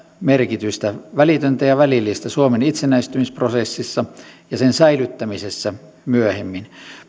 merkitystä välitöntä ja välillistä suomen itsenäistymisprosessissa ja sen säilyttämisessä myöhemmin